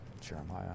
Jeremiah